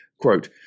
Quote